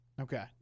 okay